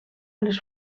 les